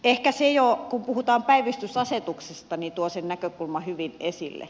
ehkä se jo kun puhutaan päivystysasetuksesta tuo sen näkökulman hyvin esille